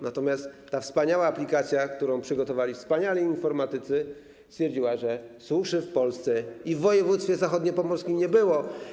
Natomiast ta wspaniała aplikacja, którą przygotowali wspaniali informatycy, stwierdziła, że suszy w Polsce, w tym w województwie zachodniopomorskim, nie było.